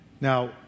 Now